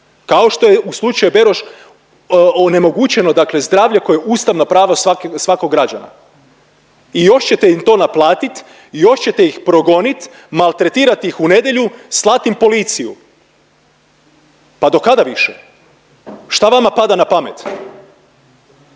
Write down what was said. kao što je u slučaju Beroš onemogućeno, dakle zdravlje koje je ustavno pravo svakog građana. I još ćete im to naplatiti i još ćete ih progoniti, maltretirati ih u nedjelju, slat im policiju. Pa do kada više? Šta vama pada na pamet?